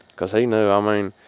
because he knew. i mean,